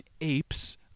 apes